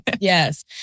Yes